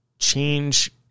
Change